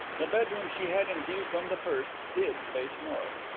the bedroom she had in view from the first did face north.